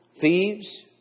thieves